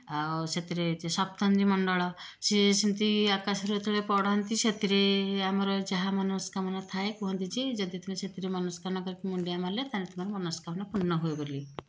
ଆଉ ସେଥିରେ ସପ୍ତର୍ଷିମଣ୍ଡଳ ସିଏ ସେମିତି ଆକାଶରେ ଯେତେବେଳେ ପଡ଼ନ୍ତି ସେଥିରେ ଆମର ଯାହା ମନସ୍କାମନା ଥାଏ କୁହନ୍ତି ଯେ ଯଦି ତୁମେ ସେଥିରେ ମନସ୍କାମନା କରିକି ମୁଣ୍ଡିଆ ମାରିଲେ ତୁମ ମନସ୍କାମନା ପୂର୍ଣ୍ଣ ହୁଏ ବୋଲି